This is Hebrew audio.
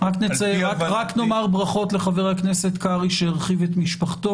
אז הכנסת גוברת.